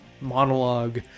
monologue